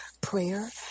prayer